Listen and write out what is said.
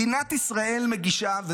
מדינת ישראל מגישה היום,